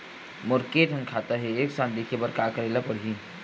मोर के थन खाता हे एक साथ देखे बार का करेला पढ़ही?